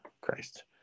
Christ